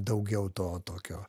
daugiau to tokio